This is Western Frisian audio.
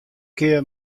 kear